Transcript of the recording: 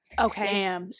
Okay